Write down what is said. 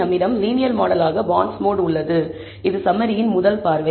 நம்மிடம் லீனியர் மாடலாக பாண்ட்ஸ்மோட் உள்ளது இது சம்மரியின் முதல் பார்வை